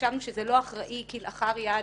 חשבנו שזה לא אחראי כלאחר יד